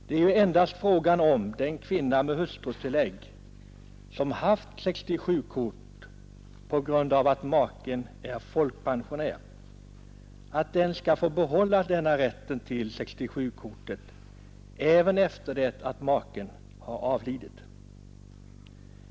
Det är endast fråga om att den kvinna med hustrutillägg, som haft 67-kort på grund av att maken var folkpensionär, skall få behålla rätten till 67-kortet även efter det att maken avlidit.